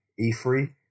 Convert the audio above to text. E3